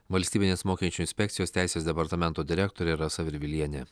valstybinės mokesčių inspekcijos teisės departamento direktorė rasa virvilienė